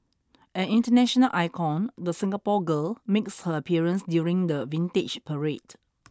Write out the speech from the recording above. an international icon the Singapore Girl makes her appearance during the vintage parade